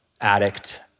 Addict